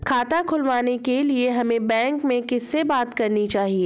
खाता खुलवाने के लिए हमें बैंक में किससे बात करनी चाहिए?